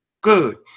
good